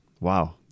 Wow